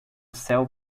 céu